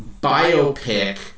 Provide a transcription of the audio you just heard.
biopic